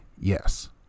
Yes